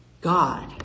God